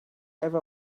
ever